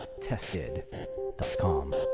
tested.com